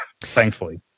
thankfully